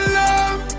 love